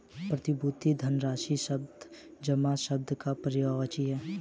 प्रतिभूति धनराशि शब्द जमा शब्द का पर्यायवाची है